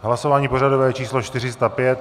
Hlasování pořadové číslo 405.